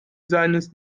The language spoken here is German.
seines